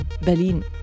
Berlin